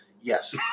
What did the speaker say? Yes